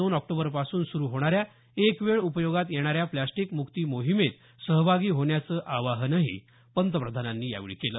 दोन ऑक्टोबरपासून सुरू होणाऱ्या एकवेळ उपयोगात येणाऱ्या प्लास्टिक मुक्ती मोहिमेत सहभागी होण्याचं आवाहनही पंतप्रधानांनी यावेळी केलं